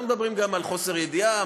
לא מדברים גם על חוסר ידיעה,